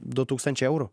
du tūkstančiai eurų